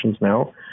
now